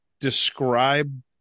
describe